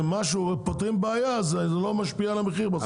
פותרים בעיה וזה לא משפיע על המחיר בסוף.